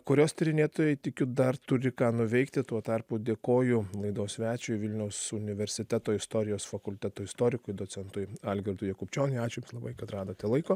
kurios tyrinėtojai tikiu dar turi ką nuveikti tuo tarpu dėkoju laidos svečiui vilniaus universiteto istorijos fakulteto istorikui docentui algirdui jakubčioniui ačiū labai kad radote laiko